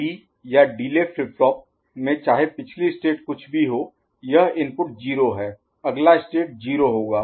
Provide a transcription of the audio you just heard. D या delay flip flop में चाहे पिछली स्टेट कुछ भी हो यह इनपुट 0 है अगला स्टेट 0 होगा